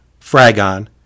Fragon